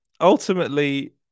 ultimately